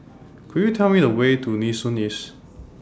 Could YOU Tell Me The Way to Nee Soon East